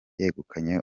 yegukanye